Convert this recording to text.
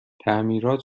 تعمیرات